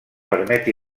permet